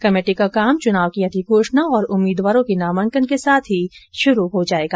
समिति का काम चुनाव की अधिघोषणा और उम्मीदवारों के नामांकन के साथ ही शुरू हो जाएगा